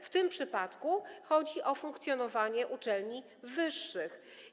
W tym przypadku chodzi o funkcjonowanie uczelni wyższych.